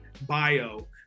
bio